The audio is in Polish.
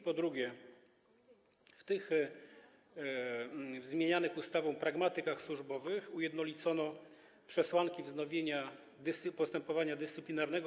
Po drugie, w tych zmienianych ustawą pragmatykach służbowych ujednolicono przesłanki wznowienia postępowania dyscyplinarnego.